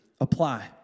apply